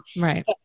right